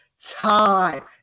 time